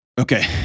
Okay